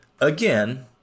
again